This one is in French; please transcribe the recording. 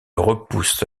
repousse